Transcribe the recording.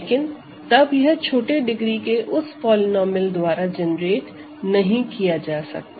लेकिन तब यह छोटे डिग्री के उस पॉलीनोमिअल द्वारा जेनेरेट नहीं किया जा सकता